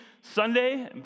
Sunday